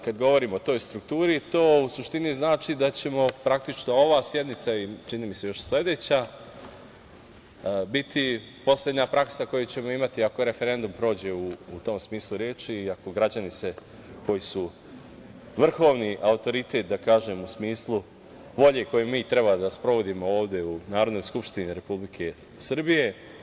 Kad govorimo o toj strukturi to u suštini znači da će ova sednica i još sledeća biti poslednja praksa koju ćemo imati, ako referendum prođe u tom smislu reči i ako se građani, koji su vrhovni autoritet u smislu volje koju mi treba da sprovodimo ovde u Narodnoj skupštini Republike Srbije.